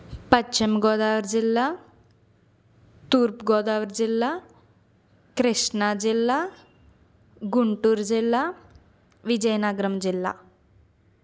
పశ్చిమగోదావరి జిల్లా తూర్పుగోదావరి జిల్లా కృష్ణాజిల్లా గుంటూరు జిల్లా విజయనగరం జిల్లా